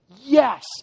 Yes